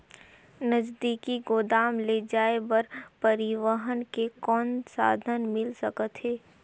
नजदीकी गोदाम ले जाय बर परिवहन के कौन साधन मिल सकथे?